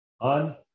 on